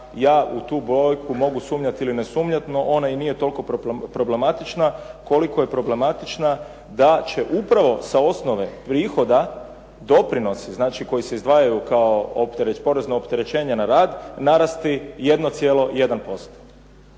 ja u tu brojku mogu sumnjati ili ne sumnjati, no ona i nije toliko problematična koliko je problematična da će upravo sa osnove prihoda doprinosi, znači koji se izdvajaju kao porezno opterećenje na rad narasti 1,1%.